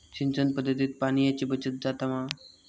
सिंचन पध्दतीत पाणयाची बचत जाता मा?